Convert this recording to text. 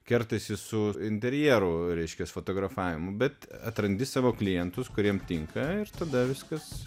kertasi su interjeru reiškias fotografavimu bet atrandi savo klientus kuriem tinka ir tada viskas